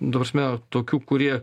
ta prasme tokių kurie